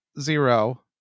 zero